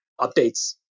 updates